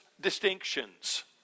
distinctions